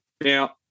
Now